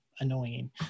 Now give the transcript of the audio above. annoying